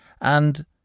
And